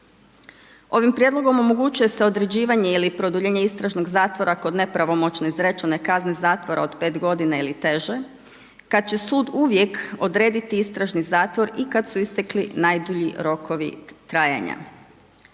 Ovim prijedlogom omogućuje se određivanje ili produljenje istražnog zatvora kod nepravomoćno izrečene kazne zatvora od 5 godina ili teže kad će sud uvijek odrediti istražni zatvor i kad su istekli najdulji rokovi trajanja.